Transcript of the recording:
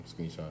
screenshot